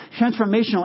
transformational